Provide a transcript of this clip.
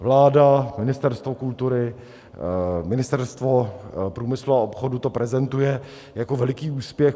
Vláda, Ministerstvo kultury, Ministerstvo průmyslu a obchodu to prezentují jako veliký úspěch.